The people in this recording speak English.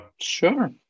sure